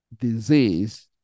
disease